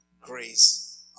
grace